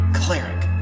cleric